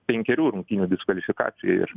penkerių rungtynių diskvalifikacija ir